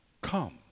come